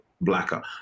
blacker